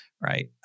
right